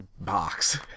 box